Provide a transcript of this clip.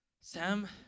Sam